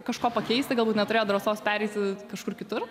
kažko pakeisti galbūt neturėjo drąsos pereiti kažkur kitur